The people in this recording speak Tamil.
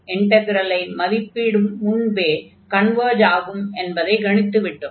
இன்டக்ரலை மதிப்பிடும் முன்பே கன்வர்ஜ் ஆகும் என்பதைக் கணித்து விட்டோம்